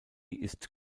ist